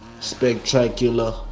Spectacular